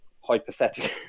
hypothetical